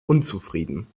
unzufrieden